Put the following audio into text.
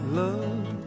love